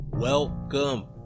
Welcome